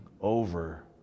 over